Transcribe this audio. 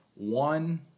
One